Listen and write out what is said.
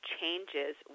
changes